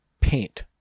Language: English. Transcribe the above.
paint